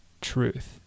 truth